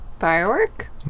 Firework